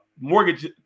mortgage